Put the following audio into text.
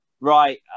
Right